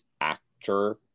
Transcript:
actor